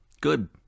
Good